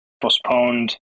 postponed